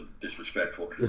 disrespectful